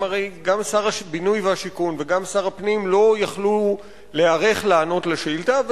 גם שר הבינוי והשיכון וגם שר הפנים לא יכלו להיערך לענות על השאילתא,